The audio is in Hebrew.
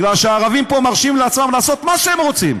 כי הערבים פה מרשים לעצמם לעשות מה שהם רוצים.